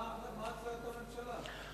מה מציעה הממשלה?